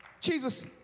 Jesus